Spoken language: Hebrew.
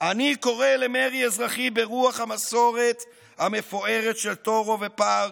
אני קורא למרי אזרחי ברוח המסורת המפוארת של תורו ופארקס,